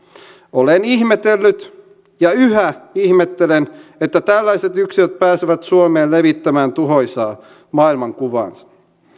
olen ihmetellyt ja yhä ihmettelen että tällaiset yksilöt pääsevät suomeen levittämään tuhoisaa maailmankuvaansa